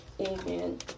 Amen